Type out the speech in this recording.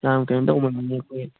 ꯌꯥꯝ ꯀꯩꯅꯣ ꯇꯧꯃꯜꯂꯤꯅꯦ ꯑꯩꯈꯣꯏ